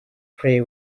prey